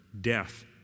Death